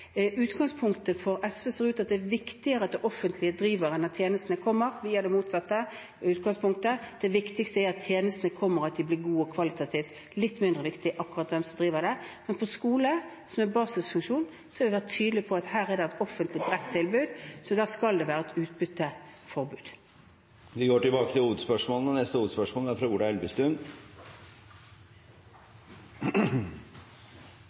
Utgangspunktet for SV ser ut til å være at det er viktigere at det offentlige driver enn at tjenestene kommer. Vi har det motsatte utgangspunktet; det viktigste er at tjenestene kommer, og at de blir gode kvalitativt. Det er litt mindre viktig akkurat hvem som driver dem. Men når det gjelder skole, som er basisfunksjon, har vi vært tydelige på at her er det et offentlig bredt tilbud, så her skal det være et utbytteforbud. Vi går videre til neste hovedspørsmål.